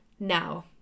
Now